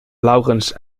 laurens